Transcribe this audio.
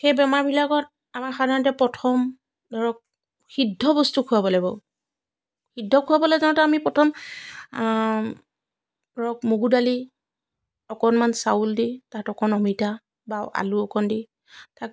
সেই বেমাৰবিলাকত আমাৰ সাধাৰণতে প্ৰথম ধৰক সিদ্ধ বস্তু খোৱাব লাগিব সিদ্ধ খোৱাবলৈ যাওঁতে আমি প্ৰথম ধৰক মগুৰ দালি অকণমান চাউল দি তাত অকণ অমিতা বা আলু অকণ দি তাত